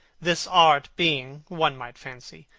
this art being, one might fancy,